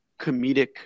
comedic